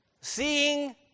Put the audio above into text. Seeing